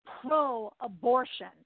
pro-abortion